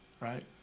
right